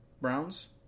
Browns